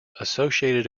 associated